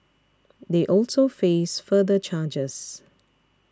they also face further charges